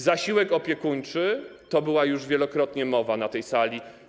Zasiłek opiekuńczy - była już wielokrotnie mowa o tym na tej sali.